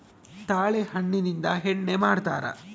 ತಾಳೆ ಹಣ್ಣಿಂದ ಎಣ್ಣೆ ಮಾಡ್ತರಾ